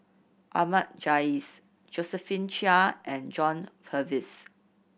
Ahmad Jais Josephine Chia and John Purvis